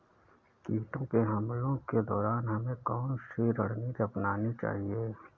कीटों के हमलों के दौरान हमें कौन सी रणनीति अपनानी चाहिए?